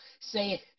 say